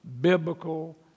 biblical